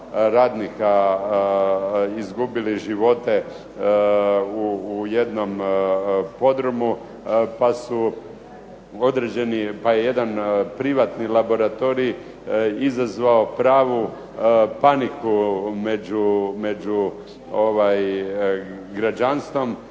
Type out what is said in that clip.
radnika izgubili živote u jednom podrumu pa je jedan privatni laboratorij izazvao pravu paniku među građanstvom